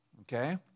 okay